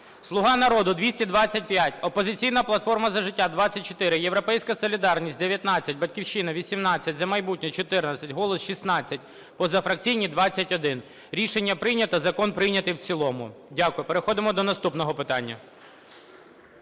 "Слуга народу" – 225, "Опозиційна платформа – За життя" – 24, "Європейська солідарність" – 19, "Батьківщина" – 18, "За майбутнє" – 14, "Голос" – 16, позафракційні – 21. Рішення прийнято. Закон прийнятий в цілому. Дякую. Переходимо до наступного питання.